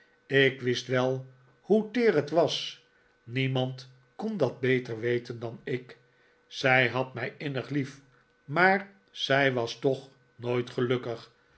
ik wist wel hoe teer het was niemand kon dat beter weten dan ik zij had mij innig lief maar zij was toch nooit gelukkig